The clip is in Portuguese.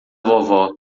vovó